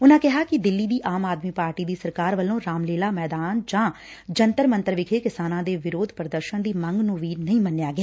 ਉਨਾਂ ਕਿਹਾ ਕਿ ਦਿੱਲੀ ਦੀ ਆਮ ਆਦਮੀ ਪਾਰਟੀ ਦੀ ਸਰਕਾਰ ਵੱਲੋਂ ਰਾਮਲੀਲਾ ਮੈਦਾਨ ਜਾਂ ਜੰਤਰ ਮੰਤਰ ਵਿਖੇ ਕਿਸਾਨਾਂ ਦੇ ਵਿਰੋਧ ਪ੍ਦਰਸ਼ਨ ਦੀ ਮੰਗ ਨੂੰ ਵੀ ਨਹੀਂ ਮੰਨਿਆ ਗਿਆ